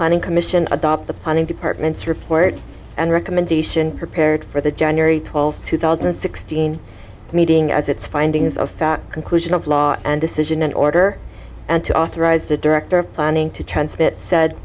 planning commission adopt the planning department's report and recommendation prepared for the january twelfth two thousand and sixteen meeting as its findings of fact conclusion of law and decision in order and to authorize the director of planning to transmit said